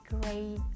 great